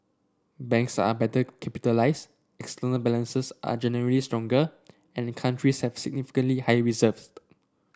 banks are better capitalised external balances are generally stronger and countries have significantly higher